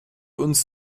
uns